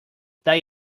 they